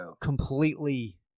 completely